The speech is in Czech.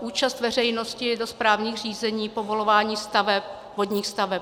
účast veřejnosti do správních řízení povolování vodních staveb.